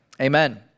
Amen